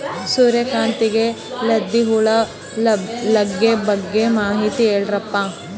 ಸೂರ್ಯಕಾಂತಿಗೆ ಲದ್ದಿ ಹುಳ ಲಗ್ಗೆ ಬಗ್ಗೆ ಮಾಹಿತಿ ಹೇಳರಪ್ಪ?